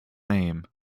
name